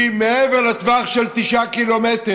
הם מעבר לטווח של 9 ק"מ.